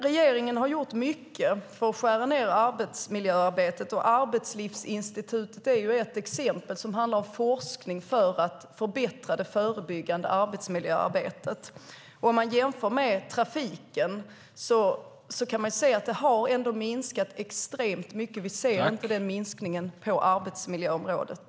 Regeringen har gjort mycket för att skära ned på arbetsmiljöarbetet. Arbetslivsinstitutet är ett exempel där det handlade om forskning för att förbättra det förebyggande arbetsmiljöarbetet. Om man jämför med trafiken kan man se att antalet olyckor har minskat extremt mycket. Vi ser inte denna minskning på arbetsmiljöområdet.